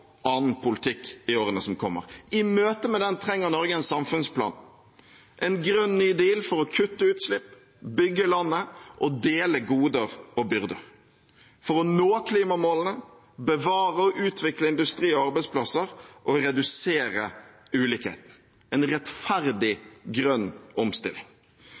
annen politikk i årene som kommer. I møte med den trenger Norge en samfunnsplan, en grønn ny deal – for å kutte utslipp, bygge landet og dele goder og byrder, for å nå klimamålene, bevare og utvikle industri og arbeidsplasser og redusere ulikheten – en rettferdig grønn omstilling.